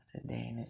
today